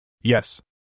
Yes